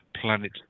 planet